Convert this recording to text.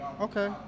Okay